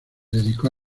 dedicó